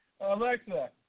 Alexa